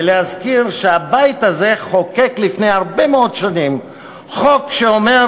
ולהזכיר שהבית הזה חוקק לפני הרבה מאוד שנים חוק שאומר